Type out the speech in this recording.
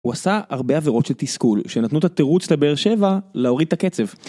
הוא עשה הרבה עבירות של תסכול, שנתנו את התירוץ לבאר 7 להוריד את הקצב.